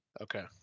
okay